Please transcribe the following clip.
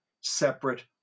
separate